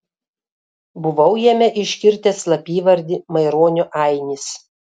buvau jame iškirtęs slapyvardį maironio ainis